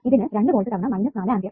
ഇതിന് രണ്ട് വോൾട്ട് തവണ 4 ആമ്പിയർ